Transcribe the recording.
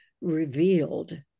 Revealed